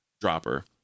dropper